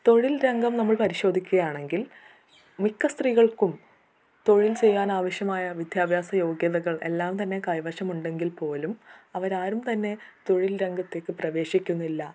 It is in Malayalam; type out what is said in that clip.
തൊഴിൽ രംഗം നമ്മൾ പരിശോധിക്കുകയാണെങ്കിൽ മിക്ക സ്ത്രീകൾക്കും തൊഴിൽ ചെയ്യാനാവശ്യമായ വിദ്യാഭ്യാസ യോഗ്യതകൾ എല്ലാം തന്നെ കൈവശം ഉണ്ടെങ്കിൽ പോലും അവരാരും തന്നെ തൊഴിൽ രംഗത്തേക്ക് പ്രവേശിക്കുന്നില്ല